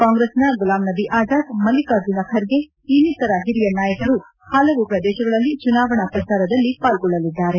ಕಾಂಗ್ರೆಸ್ನ ಗುಲಾಮ್ನಬಿ ಅಜಾದ್ ಮಲ್ಲಿಕಾರ್ಜುನ ಖರ್ಗೆ ಇನ್ನಿತರ ಹಿರಿಯ ನಾಯಕರು ಹಲವು ಪ್ರದೇಶಗಳಲ್ಲಿ ಚುನಾವಣಾ ಪ್ರಚಾರದಲ್ಲಿ ಪಾರ್ಗೊಳ್ಳಲಿದ್ದಾರೆ